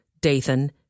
Dathan